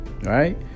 right